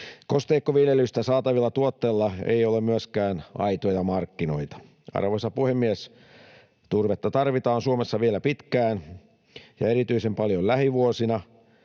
Kosteikkoviljelystä saatavilla tuotteilla ei ole myöskään aitoja markkinoita. Arvoisa puhemies! Turvetta tarvitaan Suomessa vielä pitkään ja erityisen paljon lähivuosina.